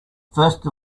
first